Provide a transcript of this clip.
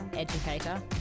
educator